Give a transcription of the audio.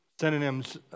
Synonyms